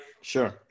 Sure